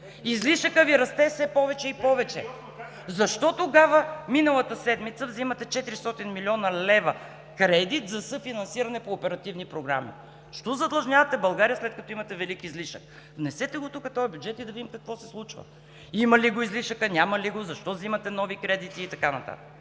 беше? Как беше?! КОРНЕЛИЯ НИНОВА: Защо тогава миналата седмица взимате 400 млн. лв. кредит за съфинансиране по оперативни програми? Защо задлъжнявате България, след като имате велик излишък? Внесете го тук този бюджет и да видим какво се случва – има ли го излишъка, няма ли го, защо вземате нови кредити и така нататък.